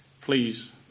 please